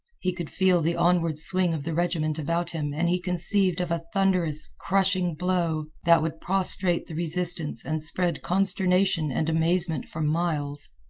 he could feel the onward swing of the regiment about him and he conceived of a thunderous, crushing blow that would prostrate the resistance and spread consternation and amazement for miles.